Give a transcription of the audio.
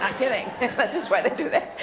um kidding, but that's why they do that.